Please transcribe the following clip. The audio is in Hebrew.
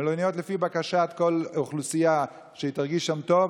מלוניות לפי בקשת כל אוכלוסייה שהיא תרגיש שם טוב,